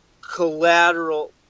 collateral